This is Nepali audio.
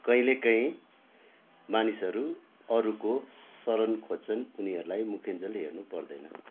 कहिलेकाहीँ मानिसहरू अरूको शरण खोज्छन् उनीहरूलाई मुखिन्जेल हेर्नुपर्दैन